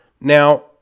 Now